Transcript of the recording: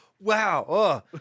Wow